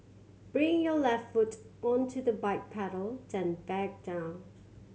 bring your left foot onto the bike pedal then back down